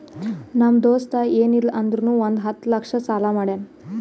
ನಮ್ ದೋಸ್ತ ಎನ್ ಇಲ್ಲ ಅಂದುರ್ನು ಒಂದ್ ಹತ್ತ ಲಕ್ಷ ಸಾಲಾ ಮಾಡ್ಯಾನ್